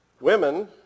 Women